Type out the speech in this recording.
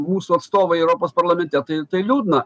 mūsų atstovai europos parlamente tai tai liūdna